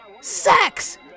Sex